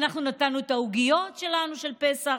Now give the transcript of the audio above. אנחנו נתנו את העוגיות שלנו של פסח.